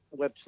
website